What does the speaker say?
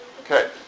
Okay